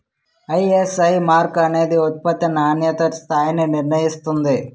ISI mark అనేది ఉత్పత్తి నాణ్యతా స్థాయిని నిర్ణయిస్తుంది